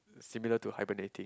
similar to hibernating